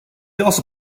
also